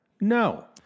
No